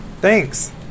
thanks